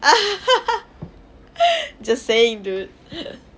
just saying dude